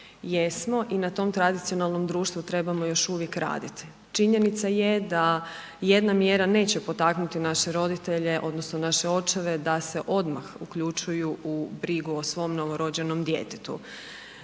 Jesmo, i na tom tradicionalnom društvu trebamo još uvijek raditi. Činjenica je da jedna mjera neće potaknuti naše roditelje odnosno naše očeve da se odmah uključuju u brigu o svom novorođenom djetetu.